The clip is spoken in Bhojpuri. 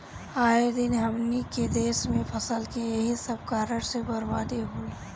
आए दिन हमनी के देस में फसल के एही सब कारण से बरबादी होला